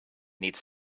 needs